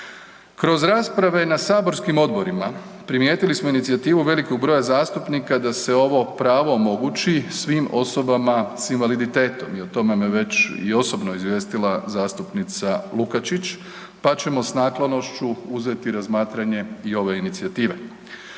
Kroz rasprave na saborskim odborima primijetili smo inicijativu velikog broja zastupnika da se ovo pravo omogući svim osobama s invaliditetom i o tome me već i osobno izvijestila zastupnica Lukačić, pa ćemo s naklonošću uzeti i razmatranje i ove inicijative.